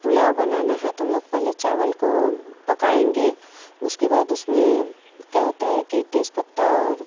पुलाव बनाना है तो हम लोग पहले चावल को पकाएंगे उसके बाद उसमें क्या होता है कि तेज पत्ता और